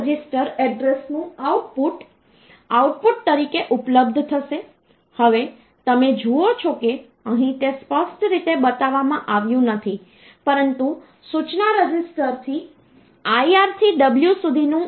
octal number system માટે તમે તેને 3 બિટ્સ ના જૂથોમાં બિટ્સના સંદર્ભમાં વિભાજિત કરી શકો છો